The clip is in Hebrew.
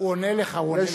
הוא עונה לך, הוא עונה לך.